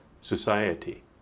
society